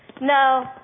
No